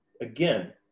again